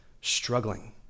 struggling